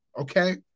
Okay